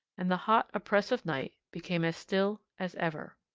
and the hot, oppressive night became as still as ever.